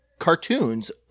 cartoons